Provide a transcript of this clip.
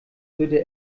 würde